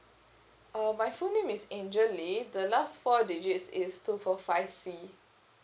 uh my full name is angel lee the last four digits is two four five C